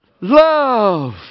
love